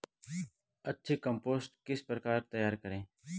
अच्छी कम्पोस्ट किस प्रकार तैयार करें?